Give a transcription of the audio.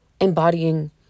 embodying